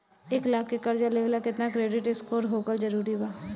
एक लाख के कर्जा लेवेला केतना क्रेडिट स्कोर होखल् जरूरी बा?